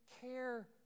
care